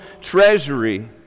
treasury